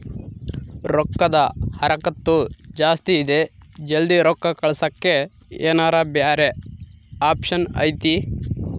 ರೊಕ್ಕದ ಹರಕತ್ತ ಜಾಸ್ತಿ ಇದೆ ಜಲ್ದಿ ರೊಕ್ಕ ಕಳಸಕ್ಕೆ ಏನಾರ ಬ್ಯಾರೆ ಆಪ್ಷನ್ ಐತಿ?